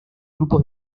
grupos